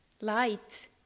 light